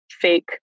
fake